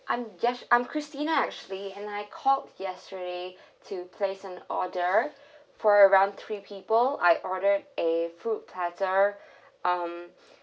um yes I'm christina actually and I called yesterday to place an order for around three people I ordered a fruit platter um